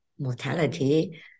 mortality